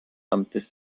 amtes